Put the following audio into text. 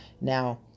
Now